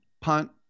punt